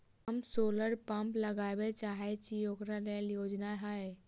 हम solar pump लगाबै चाहय छी ओकरा लेल योजना हय?